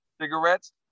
cigarettes